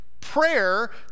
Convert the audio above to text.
Prayer